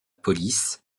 police